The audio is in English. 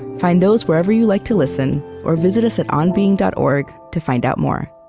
find those wherever you like to listen, or visit us at onbeing dot org to find out more